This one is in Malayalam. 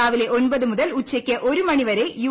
രാവിലെ ഒമ്പത് മുതൽ ഉച്ചയ്ക്ക് ഒരു മണിവരെ യു